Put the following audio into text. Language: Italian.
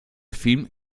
film